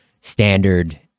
standard